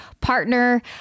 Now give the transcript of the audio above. partner